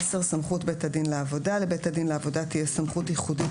סמכות בית הדין לעבודה 10. לבית הדין לעבודה תהיה סמכות ייחודית